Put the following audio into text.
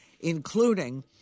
including